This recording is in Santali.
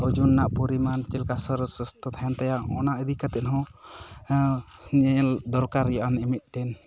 ᱳᱡᱚᱱ ᱨᱮᱱᱟᱜ ᱯᱚᱨᱤᱢᱟᱱ ᱪᱮᱫ ᱞᱮᱠᱟ ᱥᱚᱨᱤᱨ ᱥᱟᱥᱛᱷᱚ ᱛᱟᱦᱮᱸᱱ ᱛᱟᱭᱟ ᱚᱱᱟ ᱤᱫᱤ ᱠᱟᱛᱮᱫ ᱦᱚᱸ ᱧᱮᱞ ᱫᱚᱨᱠᱟᱨ ᱦᱩᱭᱩᱜᱼᱟ ᱢᱤᱫ ᱢᱤᱫᱴᱮᱱ